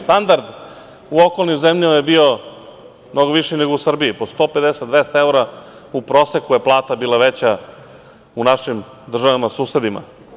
Standard u okolnim zemljama je bio mnogo viši nego u Srbiji, po 150, 200 evra u proseku je plata bila veća u državama susedima.